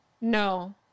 No